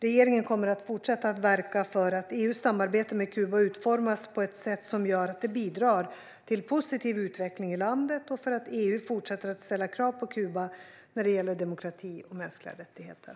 Regeringen kommer att fortsätta att verka för att EU:s samarbete med Kuba utformas på ett sätt som gör att det bidrar till positiv utveckling i landet och för att EU fortsätter att ställa krav på Kuba när det gäller demokrati och mänskliga rättigheter.